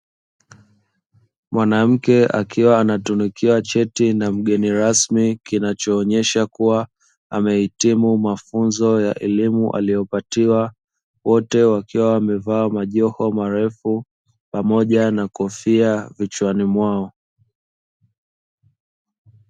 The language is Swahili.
Mwanamke akiwa anatunukiwa cheti na mgeni rasmi kinachoonyesha kuwa amehitimu mafunzo ya elimu aliyoapatiwa, wote wakiwa wamevaa majoho marefu pamoja na kofia vichwani mwao.